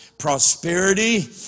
prosperity